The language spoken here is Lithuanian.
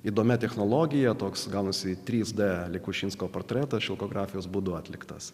įdomi technologija toks gaunasi trys d lyg kučinsko portretas šilkografijos būdu atliktas